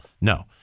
No